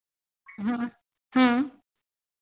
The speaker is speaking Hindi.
हाँ